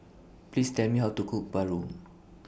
Please Tell Me How to Cook Paru